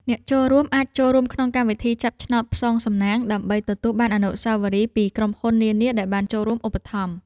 អ្នកចូលរួមអាចចូលរួមក្នុងកម្មវិធីចាប់ឆ្នោតផ្សងសំណាង ដើម្បីទទួលបានវត្ថុអនុស្សាវរីយ៍ពីក្រុមហ៊ុននានាដែលបានចូលរួមឧបត្ថម្ភ។